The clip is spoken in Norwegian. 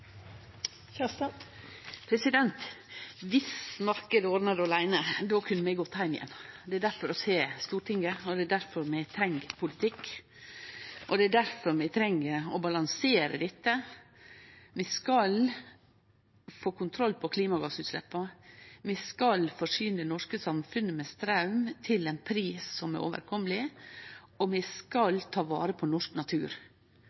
kunne vi gått heim igjen. Det er difor vi har Stortinget, det er difor vi treng politikk, og det er difor vi treng å balansere dette. Vi skal få kontroll på klimagassutsleppa, vi skal forsyne det norske samfunnet med straum til ein pris som er overkomeleg, og vi skal ta vare på norsk natur.